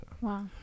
Wow